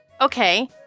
Okay